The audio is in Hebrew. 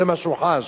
זה מה שהוא חש,